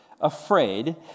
afraid